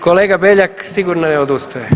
Kolega Beljak sigurno ne odustaje.